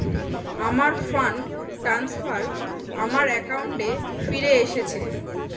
আমার fund transfer আমার অ্যাকাউন্টে ফিরে এসেছে